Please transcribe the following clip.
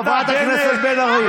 חברת הכנסת בן ארי.